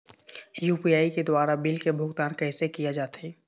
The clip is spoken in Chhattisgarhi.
यू.पी.आई के द्वारा बिल के भुगतान कैसे किया जाथे?